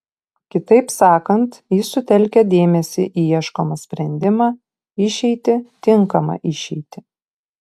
kitaip sakant jis sutelkia dėmesį į ieškomą sprendimą išeitį tinkamą išeitį